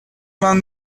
vingt